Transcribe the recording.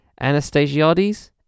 Anastasiades